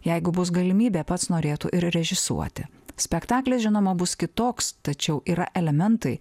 jeigu bus galimybė pats norėtų ir režisuoti spektaklis žinoma bus kitoks tačiau yra elementai